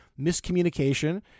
miscommunication